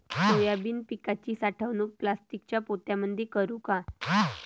Soybean पिकाची साठवणूक प्लास्टिकच्या पोत्यामंदी करू का?